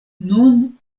nun